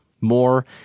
More